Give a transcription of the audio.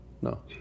No